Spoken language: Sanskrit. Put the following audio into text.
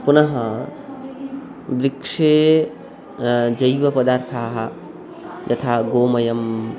पुनः वृक्षे जैवपदार्थाः यथा गोमयं